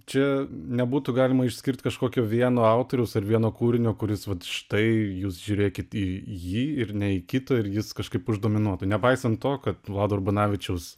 čia nebūtų galima išskirt kažkokio vieno autoriaus ar vieno kūrinio kuris vat štai jūs žiūrėkit į jį ir ne į kitą ir jis kažkaip uždominuotų nepaisant to kad vlado urbonavičiaus